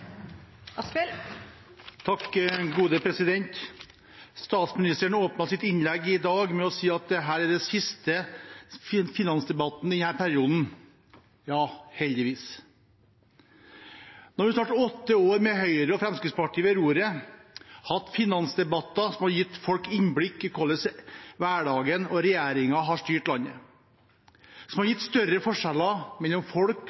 Statsministeren åpnet sitt innlegg i dag med å si at dette er den siste finansdebatten i denne perioden. Ja, heldigvis. Nå har vi i snart åtte år med Høyre og Fremskrittspartiet ved roret hatt finansdebatter som har gitt folk innblikk i hvordan regjeringen har styrt landet. Det har gitt større forskjeller mellom folk